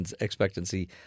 expectancy